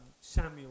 Samuel